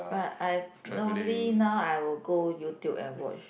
but I normally now I will go YouTube and watch